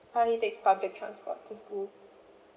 uh he takes public transport to school